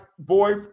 Boy